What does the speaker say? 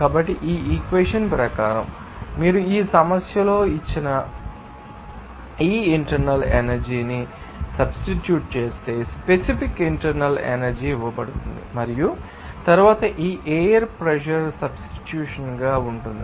కాబట్టి ఈ ఈక్వెషన్ ప్రకారం మీరు ఈ సమస్యలో ఇచ్చిన ఈ ఇంటర్నల్ ఎనర్జీ ని సబ్స్టిట్యూషన్ చేస్తే స్పెసిఫిక్ ఇంటర్నల్ ఎనర్జీ ఇవ్వబడుతుంది మరియు తరువాత ఈ ఎయిర్ ప్రెషర్ సబ్స్టిట్యూషన్ గా ఉంటుంది